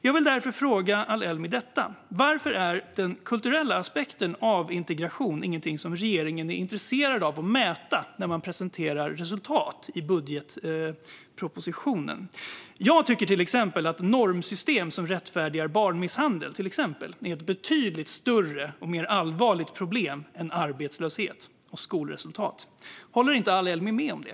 Jag vill därför fråga Ali-Elmi: Varför är den kulturella aspekten av integration ingenting som regeringen är intresserad av att mäta när man presenterar resultat i budgetpropositionen? Jag tycker till exempel att normsystem som rättfärdigar barnmisshandel är ett betydligt större och allvarligare problem än arbetslöshet och skolresultat. Håller inte Ali-Elmi med om det?